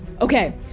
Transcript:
Okay